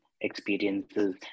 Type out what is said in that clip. experiences